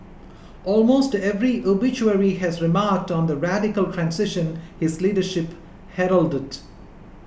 almost every obituary has remarked on the radical transition his leadership heralded